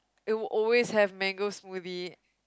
it will always have mango smoothie